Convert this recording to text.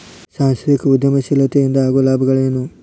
ಸಾಂಸ್ಥಿಕ ಉದ್ಯಮಶೇಲತೆ ಇಂದ ಆಗೋ ಲಾಭಗಳ ಏನು